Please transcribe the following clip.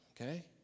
okay